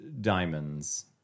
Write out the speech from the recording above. diamonds